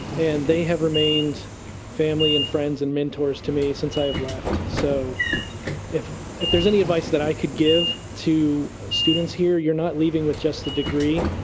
and they have remained family and friends and mentors to me since i have left. so if if there's any advice that i could give to students here, you're not leaving with just a degree,